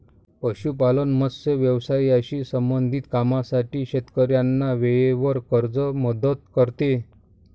पशुपालन, मत्स्य व्यवसायाशी संबंधित कामांसाठी शेतकऱ्यांना वेळेवर कर्ज मदत करते